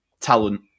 talent